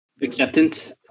acceptance